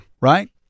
Right